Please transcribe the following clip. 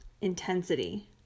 intensity